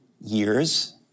years